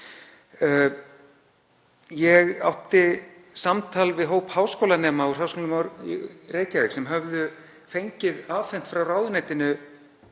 Ég átti samtal við hóp háskólanema úr Háskólanum í Reykjavík sem höfðu fengið afhenta frá ráðuneytinu